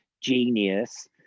genius